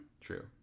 true